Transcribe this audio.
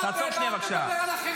לא עשית ולא תעשה.